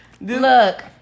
Look